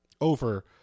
over